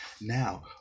Now